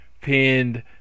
pinned